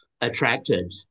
attracted